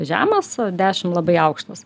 žemas o dešim labai aukštas